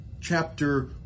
chapter